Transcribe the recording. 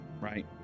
right